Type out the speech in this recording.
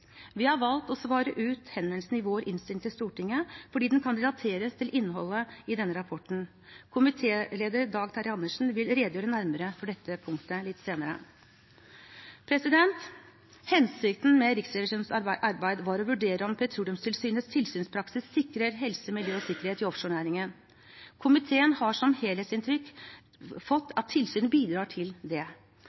Vi har valgt å svare ut henvendelsen i vår innstilling til Stortinget fordi den kan relateres til innholdet i denne rapporten. Komitéleder Dag Terje Andersen vil redegjøre nærmere for dette punktet litt senere. Hensikten med Riksrevisjonens arbeid var å vurdere om Petroleumstilsynets tilsynspraksis sikrer helse, miljø og sikkerhet i offshorenæringen. Komiteen har som helhetsinntrykk at tilsynet bidrar til det.